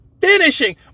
Finishing